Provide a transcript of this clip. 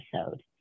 episode